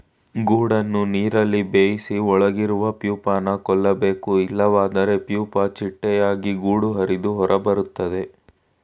ಗೂಡನ್ನು ನೀರಲ್ಲಿ ಬೇಯಿಸಿ ಒಳಗಿರುವ ಪ್ಯೂಪನ ಕೊಲ್ಬೇಕು ಇಲ್ವಾದ್ರೆ ಪ್ಯೂಪ ಚಿಟ್ಟೆಯಾಗಿ ಗೂಡು ಹರಿದು ಹೊರಬರ್ತದೆ